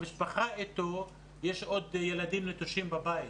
המשפחה איתו ויש עוד ילדים נטושים בבית.